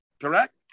Correct